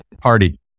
party